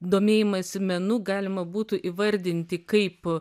domėjimąsi menu galima būtų įvardinti kaip